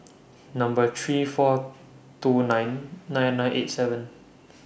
Number three four two nine nine nine eight seven